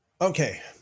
Okay